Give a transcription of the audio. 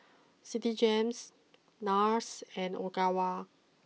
Citigem Nars and Ogawa